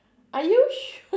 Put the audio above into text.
are you sure